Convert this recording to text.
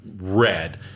Red